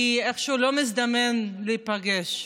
כי איכשהו לא מזדמן להיפגש.